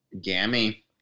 Gammy